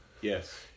Yes